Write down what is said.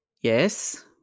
yes